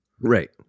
Right